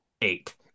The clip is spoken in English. eight